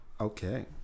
Okay